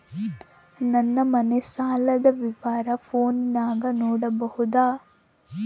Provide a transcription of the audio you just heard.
ನನ್ನ ಮನೆ ಸಾಲದ ವಿವರ ಫೋನಿನಾಗ ನೋಡಬೊದ?